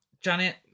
Janet